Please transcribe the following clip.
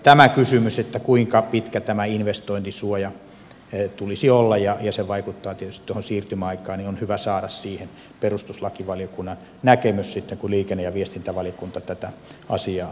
tähän kysymykseen että kuinka pitkä tämän investointisuojan tulisi olla ja se vaikuttaa tietysti tuohon siirtymäaikaan on hyvä saada perustuslakivaliokunnan näkemys sitten kun liikenne ja viestintävaliokunta tätä asiaa käsittelee